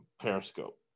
Periscope